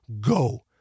Go